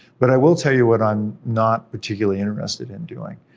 but i will tell you what i'm not particularly interested in doing.